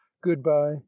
good-bye